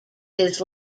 his